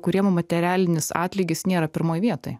kuriem materialinis atlygis nėra pirmoj vietoj